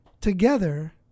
together